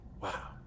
Wow